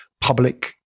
public